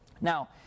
Now